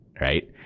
right